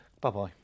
Bye-bye